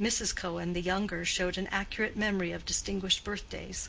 mrs. cohen the younger showed an accurate memory of distinguished birthdays